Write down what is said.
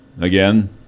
again